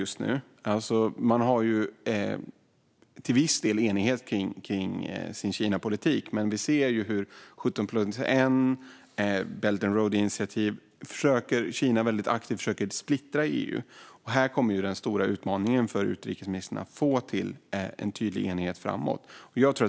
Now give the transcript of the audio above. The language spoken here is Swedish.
Det råder till viss del enighet om Kinapolitiken, men vi ser genom de 17 + 1 och Belt and Road-initiativet att Kina väldigt aktivt försöker splittra EU. Här kommer den stora utmaningen för utrikesministern, det vill säga att få till en tydlig enighet framöver.